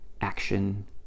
action